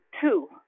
two